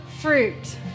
fruit